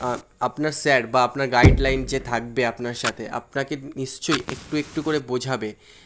আপনার স্যার বা আপনার গাইডলাইন যে থাকবে আপনার সাথে আপনাকে নিশ্চয়ই একটু একটু করে বোঝাবে